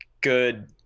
good